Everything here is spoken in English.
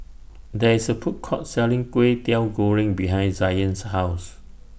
There IS A Food Court Selling Kway Teow Goreng behind Zion's House